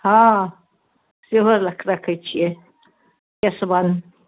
हँ सेहो रखै छिए केशबन